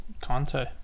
Conte